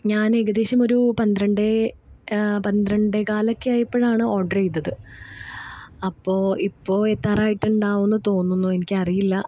ഞാൻ ഏകദേശമൊരു പന്ത്രണ്ട് പന്ത്രണ്ടേ കാലൊക്കെ ആയപ്പോഴാണ് ഓർഡർ ചെയ്തത് അപ്പോൾ ഇപ്പോൾ എത്താറായിട്ടുണ്ടാവും എന്ന് തോന്നുന്നു എനിക്കറിയില്ല